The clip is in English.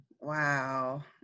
Wow